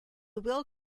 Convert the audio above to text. will